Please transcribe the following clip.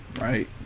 Right